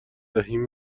دهیم